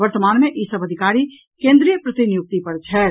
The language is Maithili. वर्तमान मे ई सभ अधिकारी केन्द्रीय प्रतिनियुक्ति पर छथि